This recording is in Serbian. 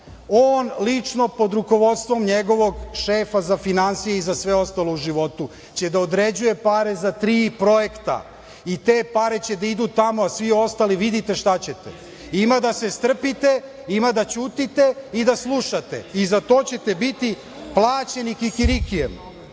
on lično pod rukovodstvom njegovog šefa za finansije i za sve ostalo u životu će da određuje pare za tri projekta i te pare će da idu tamo, a svi ostali vidite šta ćete, ima da se strpite, ima da ćutite i da slušate i za to ćete biti plaćeni kikirikijem. Ono